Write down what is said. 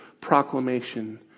proclamation